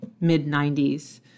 mid-90s